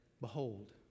Behold